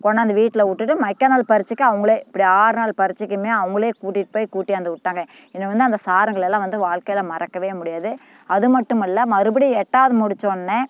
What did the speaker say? கொண்டாந்து வீட்டில் விட்டுட்டு மைக்காநாள் பரிட்சைக்கும் அவங்களே இப்படி ஆறு நாள் பரிட்சைக்குமே அவங்களே கூட்டிட்டு போய் கூட்டியாந்து விட்டாங்க என்னை வந்து அந்த சாருங்களை எல்லாம் வந்து வாழ்க்கையில் மறக்கவே முடியாது அது மட்டுமில்ல மறுபடியும் எட்டாவது முடிச்சோடனே